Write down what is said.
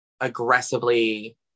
aggressively